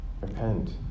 repent